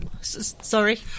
sorry